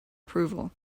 approval